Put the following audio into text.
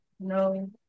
no